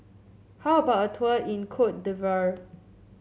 how about a tour in Cote d'Ivoire